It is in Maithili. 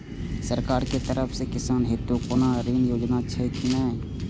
सरकार के तरफ से किसान हेतू कोना ऋण योजना छै कि नहिं?